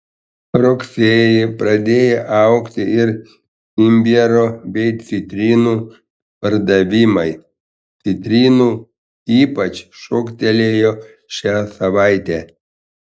rugsėjį pradėjo augti ir imbiero bei citrinų pardavimai citrinų ypač šoktelėjo šią savaitę